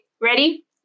ready